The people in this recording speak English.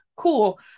Cool